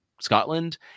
scotland